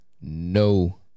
no